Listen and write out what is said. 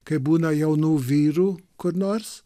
kai būna jaunų vyrų kur nors